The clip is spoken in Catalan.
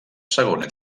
segona